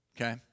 okay